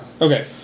Okay